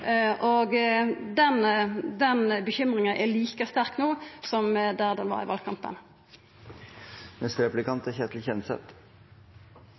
sjukehus. Den bekymringa er like sterk no som ho var i valkampen.